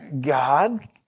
God